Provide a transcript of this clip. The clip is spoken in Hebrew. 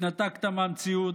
התנתקת מהמציאות.